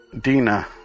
Dina